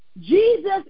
Jesus